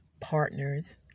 partners